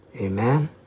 Amen